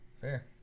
fair